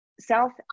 South